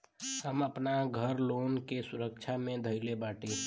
हम आपन घर लोन के सुरक्षा मे धईले बाटी